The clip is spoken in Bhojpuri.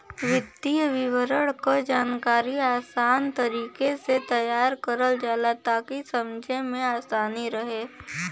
वित्तीय विवरण क जानकारी आसान तरीके से तैयार करल जाला ताकि समझे में आसानी रहे